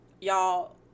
y'all